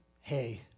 hey